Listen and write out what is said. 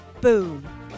Boom